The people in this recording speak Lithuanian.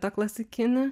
tą klasikinį